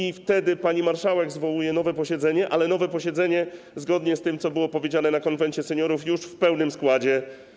I wtedy pani marszałek zwołuje nowe posiedzenie, ale nowe posiedzenie - zgodnie z tym, co było powiedziane na posiedzeniu Konwentu Seniorów - już w pełnym składzie.